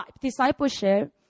discipleship